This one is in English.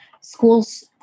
schools